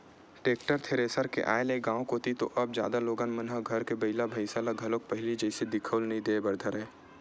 tractor, thresher के आय ले गाँव कोती तो अब जादा लोगन मन घर बइला भइसा ह घलोक पहिली जइसे दिखउल नइ देय बर धरय